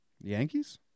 Yankees